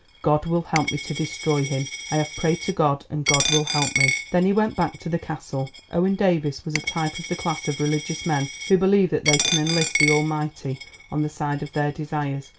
god will help me to destroy him. i have prayed to god, and god will help me. then he went back to the castle. owen davies was a type of the class of religious men who believe that they can enlist the almighty on the side of their desires,